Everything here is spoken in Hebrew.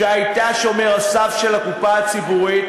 שהייתה שומר הסף של הקופה הציבורית,